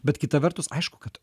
bet kita vertus aišku kad